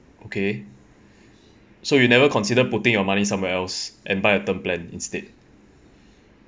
okay so you never consider putting your money somewhere else and buy a term plan instead